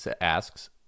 asks